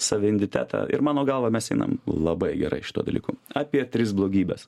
savi inditetą ir mano galva mes einam labai gerai šituo dalyku apie tris blogybes